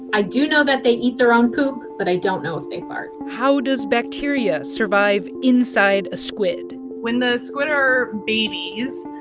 i do know that they eat their own poop, but i don't know if they fart how does bacteria survive inside a squid? when the squid are babies,